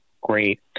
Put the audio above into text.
Great